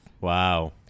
Wow